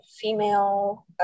female